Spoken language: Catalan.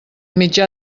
mitjà